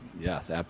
Yes